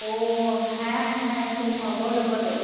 ও হ্যাঁ হ্যাঁ সোমা বলো বলো